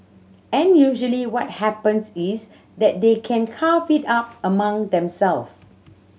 and usually what happens is that they can carve it up among them self